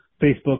Facebook